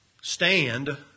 stand